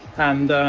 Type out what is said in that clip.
and,